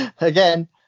Again